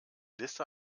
liste